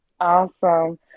Awesome